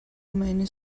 many